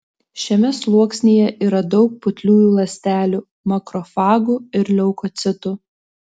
šiame sluoksnyje yra daug putliųjų ląstelių makrofagų ir leukocitų